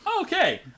okay